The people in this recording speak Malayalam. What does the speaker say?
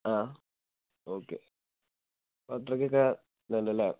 ആ ഓക്കെ അത്രയ്ക്കൊക്കെ നല്ലതല്ലേ